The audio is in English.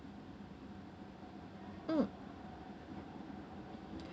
mm